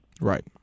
Right